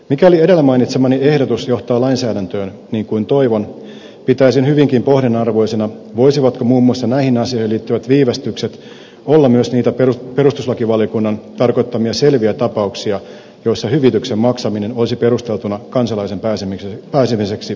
mikäli edellä mainitsemani ehdotus johtaa lainsäädäntöön niin kuin toivon pitäisin hyvinkin pohdinnan arvoisena voisivatko muun muassa näihin asioihin liittyvät viivästykset olla myös niitä perustuslakivaliokunnan tarkoittamia selviä tapauksia joissa hyvityksen maksaminen olisi perusteltua kansalaisen pääsemiseksi oi keuksiinsa